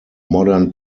modern